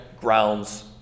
grounds